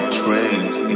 trained